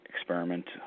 experiment